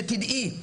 שתדעי,